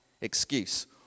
excuse